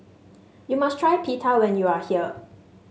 you must try Pita when you are here